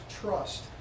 trust